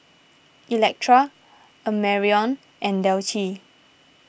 Electra Amarion and Delcie